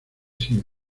sin